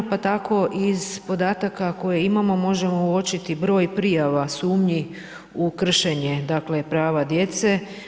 A pa tako iz podataka koje imamo, možemo uočiti broj prijava, sumnji u kršenje dakle, prava djece.